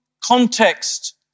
context